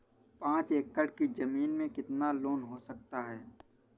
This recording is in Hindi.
पाँच एकड़ की ज़मीन में कितना लोन हो सकता है?